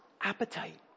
appetite